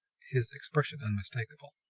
his expression unmistakable.